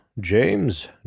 James